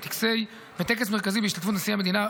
בטקסי מרכזי בהשתתפות נשיא המדינה,